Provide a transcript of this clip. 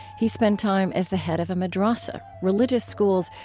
he spent time as the head of a madrassa, religious schools,